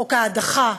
חוק ההדחה,